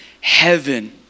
heaven